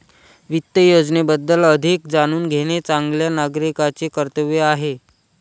वित्त योजनेबद्दल अधिक जाणून घेणे चांगल्या नागरिकाचे कर्तव्य आहे